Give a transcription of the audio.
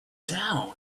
town